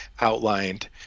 outlined